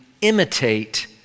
imitate